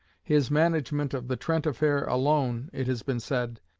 his management of the trent affair alone, it has been said,